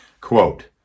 Quote